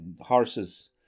horses